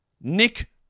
Nick